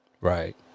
Right